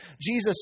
Jesus